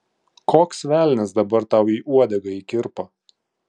koks velnias dabar tau į uodegą įkirpo